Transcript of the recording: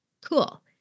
Cool